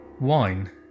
Wine